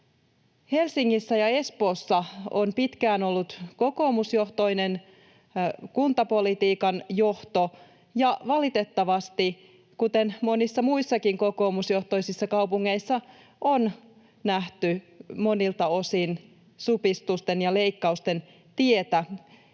Helsingissä ja Espoossa on pitkään ollut kokoomusjohtoinen kuntapolitiikan johto, ja valitettavasti, kuten monissa muissakin kokoomusjohtoisissa kaupungeissa, on nähty monilta osin supistusten ja leikkausten tietä.